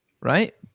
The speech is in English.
right